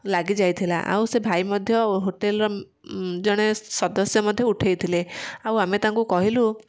ଲାଗିଯାଇଥିଲା ଆଉ ସେ ଭାଇ ମଧ୍ୟ ହୋଟେଲ୍ର ଜଣେ ସଦସ୍ୟ ମଧ୍ୟ ଉଠାଇଥିଲେ ଆଉ ଆମେ ତାଙ୍କୁ କହିଲୁ